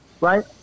Right